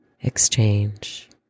exchange